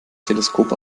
teleskop